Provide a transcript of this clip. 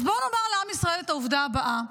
אז בואו נאמר לעם ישראל את העובדה הבאה: